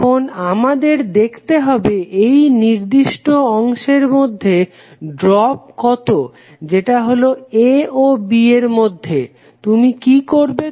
এখন আমাদের দেখতে হবে এই নির্দিষ্ট অংশের মধ্যে ড্রপ কত যেটা হলো A ও B এর মধ্যে তুমি কি করবে